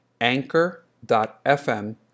anchor.fm